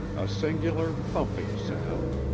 a singular thumping sound,